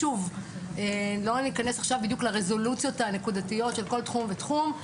לא ניכנס עכשיו בדיוק לרזולוציות הנקודתיות של כל תחום ותחום.